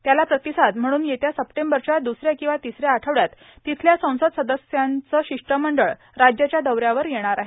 त्याला प्रतिसाद म्हणून येत्या सप्टेंबरच्या द्रसऱ्या किंवा तिसऱ्या आठवड्यात तिथल्या संसद सदस्यांचं शिष्टमंडळ राज्याच्या दौऱ्यावर येणार आहे